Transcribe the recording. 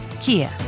Kia